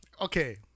okay